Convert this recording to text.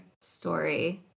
story